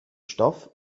stoff